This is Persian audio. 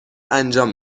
انجام